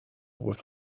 with